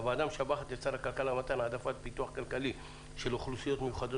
הוועדה משבחת את שר הכלכלה על העדפת פיתוח כלכלי של אוכלוסיות מיוחדות